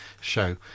show